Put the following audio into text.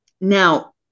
Now